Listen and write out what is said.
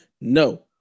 no